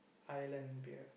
Ireland beer